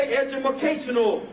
educational